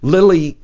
Lily